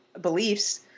beliefs